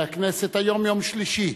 היום יום שלישי,